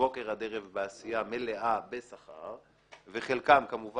מאחר שמדובר כרגע בעיר תל אביב, שתי הערות חשובות.